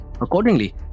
Accordingly